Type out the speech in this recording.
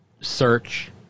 search